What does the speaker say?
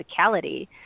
physicality